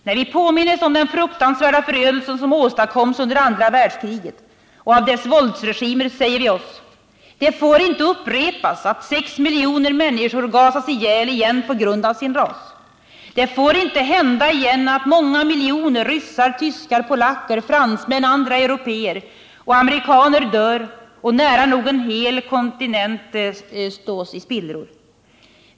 När vi påminns om den fruktansvärda förödelse som åstadkoms under andra världskriget och av dess våldsregimer säger vi oss: Det får inte upprepas att sex miljoner människor gasas ihjäl på grund av sin ras. Det får inte hända igen att många miljoner ryssar, tyskar, polacker, fransmän, andra européer och amerikaner dör och nära nog en hel kontinent slås i spillror.